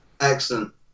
Excellent